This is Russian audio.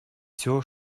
всё